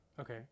Okay